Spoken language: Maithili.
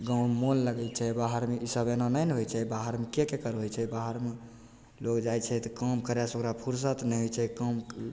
गाँवमे मोन लगय छै बाहरमे ई सभ एना नहिने होइ छै बाहरमे के केकर होइ छै बाहरमे लोग जाइ छै तऽ काम करयसँ ओकरा फुरसत नहि होइ छै कामके